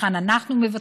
היכן אנחנו מוותרים,